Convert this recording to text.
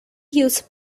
use